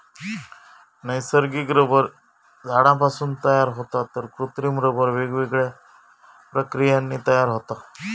नैसर्गिक रबर झाडांपासून तयार होता तर कृत्रिम रबर वेगवेगळ्या प्रक्रियांनी तयार होता